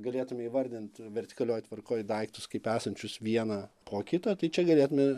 galėtume įvardint vertikalioj tvarkoj daiktus kaip esančius vieną po kito tai čia galėtume